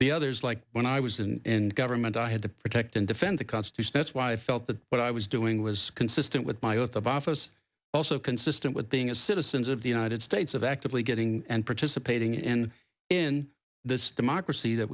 the others like when i was in government i had to protect and defend the constitution that's why i felt that what i was doing was consistent with my oath of office also consistent with being a citizens of the united states of actively getting and participating in in this democracy that